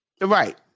Right